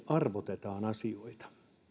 arvotetaan asioita